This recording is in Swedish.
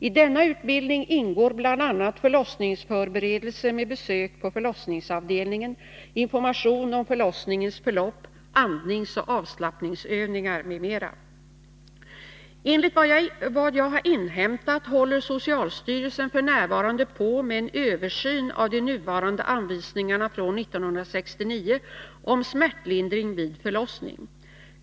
I denna utbildning ingår bl.a. förlossningsförberedelse med besök på förlossningsavdelningen, information om förlossningens förlopp, andningsoch avslappningsövningar m.m. Enligt vad jag har inhämtat håller socialstyrelsen f. n. på med en översyn av de nuvarande anvisningarna från 1969 om smärtlindring vid förlossning.